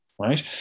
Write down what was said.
right